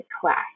class